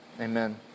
Amen